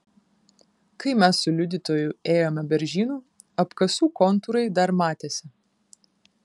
kai mes su liudytoju ėjome beržynu apkasų kontūrai dar matėsi